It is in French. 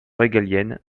régalienne